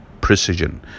precision